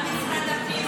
גם של משרד הפנים,